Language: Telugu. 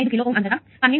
25 కిలో Ω అంతటా 12